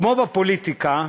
כמו בפוליטיקה,